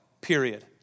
period